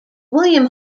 william